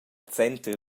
center